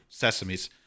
Sesames